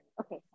Okay